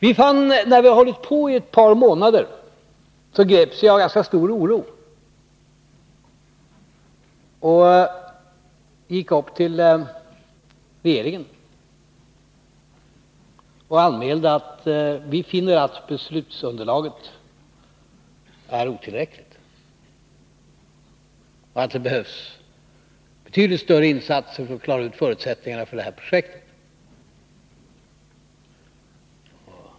När vi hållit på med denna granskning i ett par månader greps vi av ganska stor oro och gick upp till regeringen och anmälde att vi fann att beslutsunderlaget var otillräckligt och att det behövdes betydligt större insatser för att klara ut förutsättningarna för det här projektet.